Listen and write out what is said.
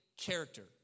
character